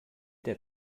der